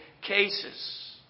cases